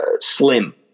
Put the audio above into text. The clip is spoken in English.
slim